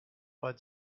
bud